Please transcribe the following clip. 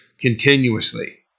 continuously